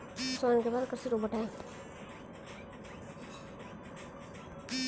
सोहन के पास कृषि रोबोट है